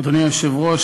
אדוני היושב-ראש,